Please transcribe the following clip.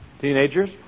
Teenagers